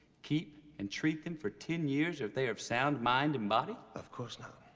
keep and treat them for ten years if they are of sound mind and body? of course not.